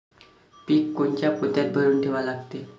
पीक कोनच्या पोत्यात भरून ठेवा लागते?